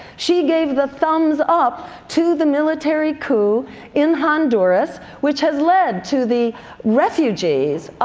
she gave the thumbs-up to the military coup in honduras, which has led to the refugees,